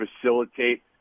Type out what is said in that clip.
facilitate